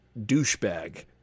douchebag